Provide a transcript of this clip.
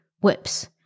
whips